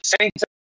Saints